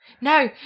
no